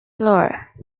floor